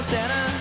Santa